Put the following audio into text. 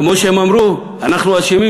כמו שהם אמרו: אנחנו אשמים.